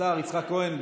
השר יצחק כהן,